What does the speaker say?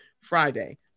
Friday